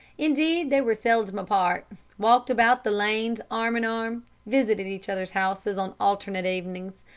indeed, they were seldom apart walked about the lanes arm-in-arm, visited each other's houses on alternate evenings,